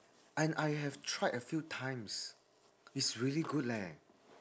and I have tried a few times it's really good leh